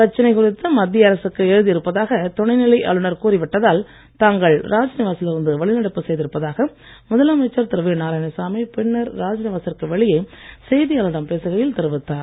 பிரச்சனை குறித்து மத்திய அரசுக்கு எழுதி இருப்பதாக துணை நிலை ஆளுநர் கூறி விட்டதால் தாங்கள் ராஜ்நிவாசில் இருந்து வெளிநடப்பு செய்திருப்பதாக முதலமைச்சர் திரு வி நாராயணசாமி பின்னர் ராஜ்நிவாசிற்கு வெளியே செய்தியாளர்களிடம் பேசுகையில் தெரிவித்தார்